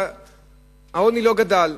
שהעוני לא גדל.